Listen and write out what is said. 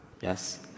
Yes